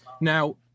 now